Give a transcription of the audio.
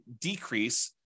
decrease